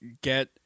get